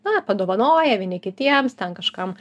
na padovanoja vieni kitiems ten kažkam